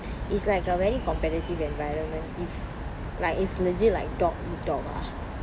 it's like a very competitive environment like it's legit like dog eat dog lah